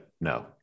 No